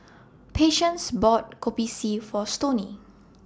Patience bought Kopi C For Stoney